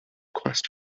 quest